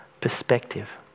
perspective